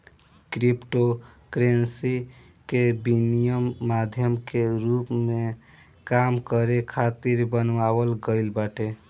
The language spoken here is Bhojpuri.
क्रिप्टोकरेंसी के विनिमय माध्यम के रूप में काम करे खातिर बनावल गईल बाटे